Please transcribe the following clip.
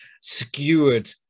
skewered